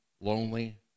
lonely